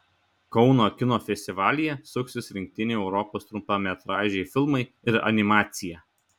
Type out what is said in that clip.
kauno kino festivalyje suksis rinktiniai europos trumpametražiai filmai ir animacija